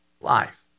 life